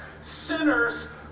sinners